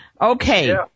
Okay